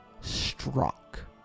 struck